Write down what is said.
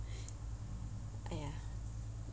!aiya!